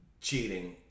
cheating